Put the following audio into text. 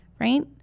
right